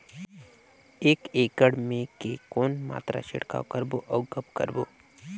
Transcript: एक एकड़ मे के कौन मात्रा छिड़काव करबो अउ कब करबो?